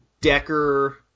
Decker